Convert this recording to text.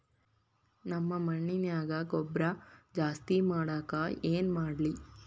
ನಮ್ಮ ಮಣ್ಣಿನ್ಯಾಗ ಗೊಬ್ರಾ ಜಾಸ್ತಿ ಮಾಡಾಕ ಏನ್ ಮಾಡ್ಲಿ?